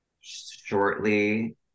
shortly